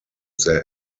their